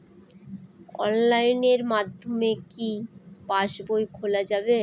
অনলাইনের মাধ্যমে কি পাসবই খোলা যাবে?